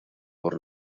por